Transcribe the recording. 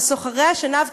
וסוחרי השנהב,